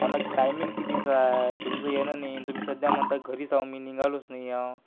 हो ना टाईमिंग कितीचा आहे तुमचं येणं नाही आणि तुम्ही सध्या म्हणता घरीच आहे मी निघालोच नाही आहे